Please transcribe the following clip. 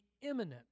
Imminent